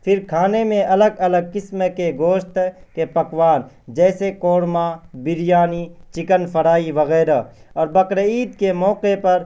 پھر کھانے میں الگ الگ قسم کے گوشت کے پکوان جیسے کوڑمہ بریانی چکن فرائی وغیرہ اور بقرعید کے موقعے پر